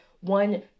one